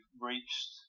reached